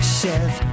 chef